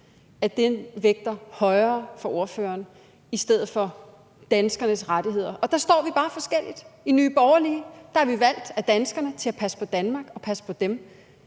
vægter højere for ordføreren i stedet for danskernes rettigheder, og der står vi bare forskelligt. I Nye Borgerlige er vi valgt af danskerne til at passe på Danmark og passe på dem.